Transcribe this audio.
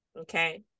okay